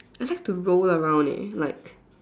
I have to roll around it like